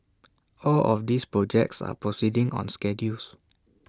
all of these projects are proceeding on schedules